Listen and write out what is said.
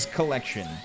Collection